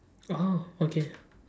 orh okay